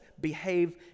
behave